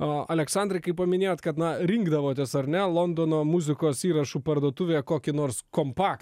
o aleksandrai kai paminėjot kad na rinkdavotės ar ne londono muzikos įrašų parduotuvėje kokį nors kompaktą